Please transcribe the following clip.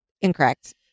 Incorrect